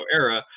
era